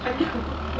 朋友